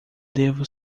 devo